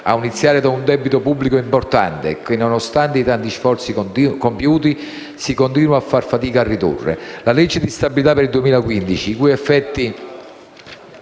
ad iniziare da un debito pubblico importante che, nonostante i tanti sforzi compiuti, si continua a far fatica a ridurre. La legge di stabilità per il 2015, i cui effetti